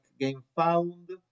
GameFound